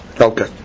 Okay